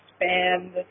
expand